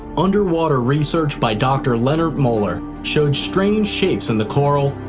underwater research by dr. lennart moller showed strange shapes in the coral,